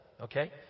Okay